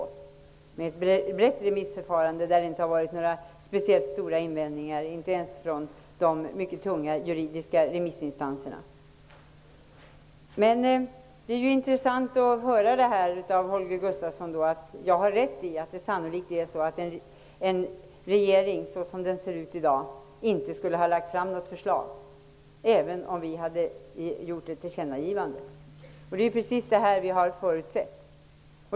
Det har varit ett brett remissförfarande där det inte varit några speciellt stora invändningar, inte ens från de mycket tunga juridiska remissinstanserna. Det var intressant att höra av Holger Gustafsson att jag har rätt i att regeringen, så som den ser ut i dag, sannolikt inte skulle ha lagt fram något förslag även om vi hade gjort ett tillkännagivande. Det är precis det vi har förutsett.